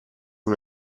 una